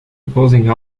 opposing